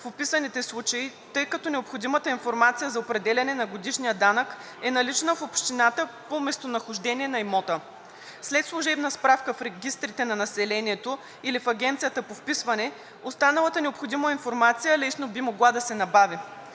в описаните случаи, тъй като необходимата информация за определяне на годишния данък е налична в общината по местонахождение на имота. След служебна справка в регистрите на населението или в Агенцията по вписванията останалата необходима информация лесно би могла да се набави.